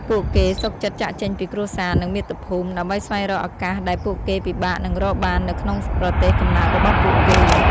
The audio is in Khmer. ពួកគេសុខចិត្តចាកចេញពីគ្រួសារ និងមាតុភូមិ ដើម្បីស្វែងរកឱកាសដែលពួកគេពិបាកនឹងរកបាននៅក្នុងប្រទេសកំណើតរបស់ពួកគេ។